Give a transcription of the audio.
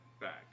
Back